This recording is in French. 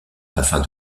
afin